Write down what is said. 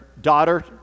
daughter